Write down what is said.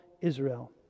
Israel